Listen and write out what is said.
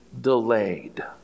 delayed